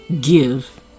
Give